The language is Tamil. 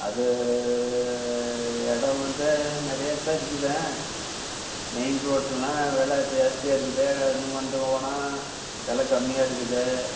அது இடம் வந்து நிறையாதான் இருக்குது மெயின் ரோட்லன்னா வில ஜாஸ்தியாக இருக்குது இன்னும் போனால் வில கம்மியாக இருக்குது